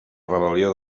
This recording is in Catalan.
rebel·lió